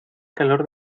calor